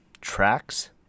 tracks